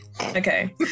Okay